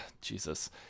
Jesus